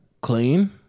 clean